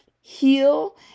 heal